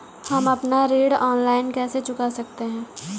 हम अपना ऋण ऑनलाइन कैसे चुका सकते हैं?